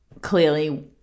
clearly